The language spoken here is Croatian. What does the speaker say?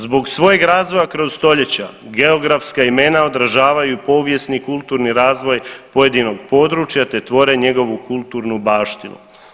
Zbog svojeg razvoja kroz stoljeća geografska imena odražavaju povijesni i kulturni razvoj pojedinog područja, te tvore njegovu kulturnu baštinu.